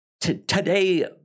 today